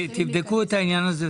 תבדקו את העניין הזה.